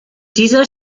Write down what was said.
dieser